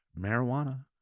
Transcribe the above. marijuana